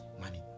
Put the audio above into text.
money